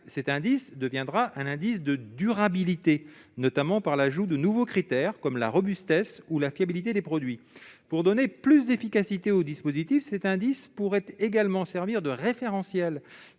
cet indice deviendra un indice de durabilité, notamment par l'ajout de nouveaux critères, comme la robustesse ou la fiabilité des produits. Pour donner plus d'efficacité au dispositif, cet indice serait également susceptible de servir de référentiel